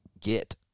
get